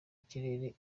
kirere